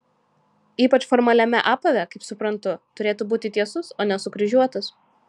ypač formaliame apave kaip suprantu turėtų būti tiesus o ne sukryžiuotas